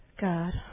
God